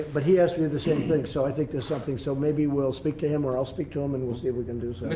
but he asked me the same thing so i think there's something so maybe will speak to him or i'll speak to him and we'll see if we can do so